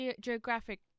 Geographic